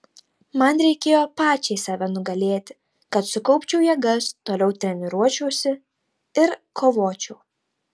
man reikėjo pačiai save nugalėti kad sukaupčiau jėgas toliau treniruočiausi ir kovočiau